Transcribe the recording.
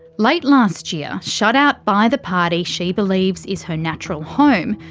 late last year, shut out by the party she believes is her natural home,